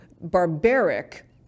barbaric